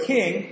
King